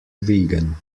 vegan